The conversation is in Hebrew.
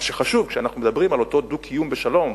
מה שחשוב כשאנחנו מדברים על אותו דו-קיום בשלום,